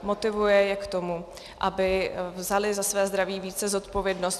Motivuje je k tomu, aby vzali za své zdraví více zodpovědnost.